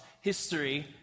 history